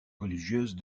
religieuses